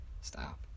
stop